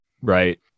right